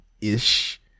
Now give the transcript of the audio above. ish